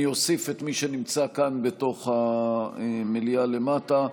אני אוסיף את מי שנמצא כאן, בתוך המליאה למטה.